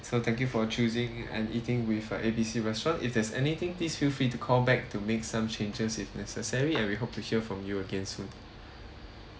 so thank you for choosing and eating with uh A B C restaurant if there's anything please feel free to call back to make some changes if necessary and we hope to hear from you again soon